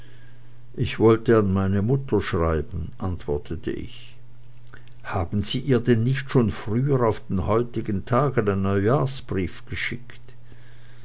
ich wollte an meine mutter schreiben antwortete ich haben sie ihr denn nicht schon früher auf den heutigen tag einen neujahrsbrief geschickt